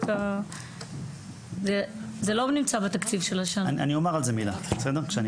אני אומר על זה מילה כשאני